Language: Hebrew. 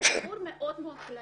זה תיאור מאוד כללי.